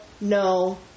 no